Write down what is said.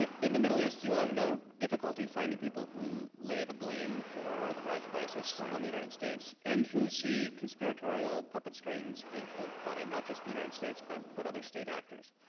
in the middle east, you will have no difficulty finding people who lay the blame for the rise of isis on the united states and who see conspiratorial puppet strings being pulled by not just the united states, but but other state actors.